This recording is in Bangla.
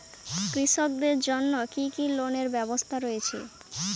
কৃষকদের জন্য কি কি লোনের ব্যবস্থা রয়েছে?